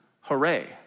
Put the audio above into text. Hooray